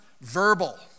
verbal